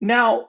Now